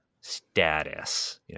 status